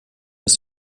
ist